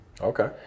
Okay